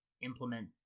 implement